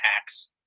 hacks